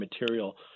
material